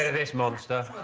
this monster